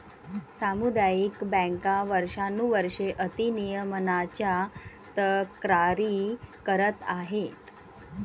सामुदायिक बँका वर्षानुवर्षे अति नियमनाच्या तक्रारी करत आहेत